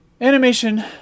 Animation